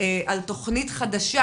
על תוכנית חדשה,